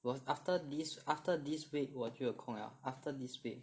我 after this after this week 我就有空 liao after this week